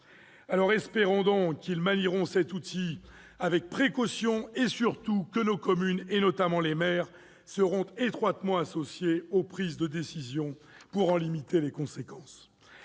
Espérons donc qu'ils manieront cet outil avec précaution et surtout que nos communes, en particulier les maires, seront étroitement associées aux prises de décisions, pour en limiter les conséquences.